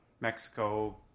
Mexico